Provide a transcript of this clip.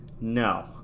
No